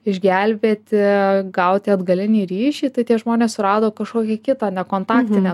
išgelbėti gauti atgalinį ryšį tai tie žmonės surado kažkokį kitą nekontaktinę